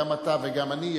גם אתה וגם אני,